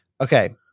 okay